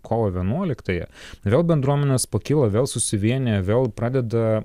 kovo vienuoliktąją vėl bendruomenės pakyla vėl susivienija vėl pradeda